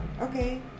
Okay